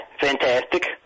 fantastic